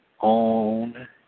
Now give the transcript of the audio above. own